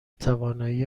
توانایی